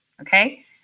okay